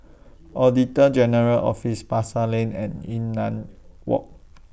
Auditor General's Office Pasar Lane and Yunnan Walk